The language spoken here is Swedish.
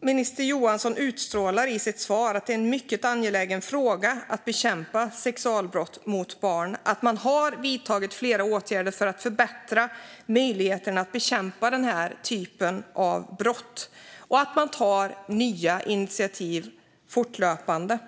Minister Johansson utstrålar i sitt svar att det är en mycket angelägen fråga att bekämpa sexualbrott mot barn och att man har vidtagit flera åtgärder för att förbättra möjligheterna att bekämpa den typen av brott och att man tar nya initiativ fortlöpande.